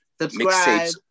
Subscribe